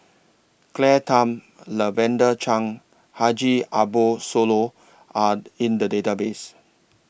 Claire Tham Lavender Chang and Haji Ambo Sooloh Are in The Database